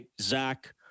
Zach